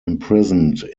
imprisoned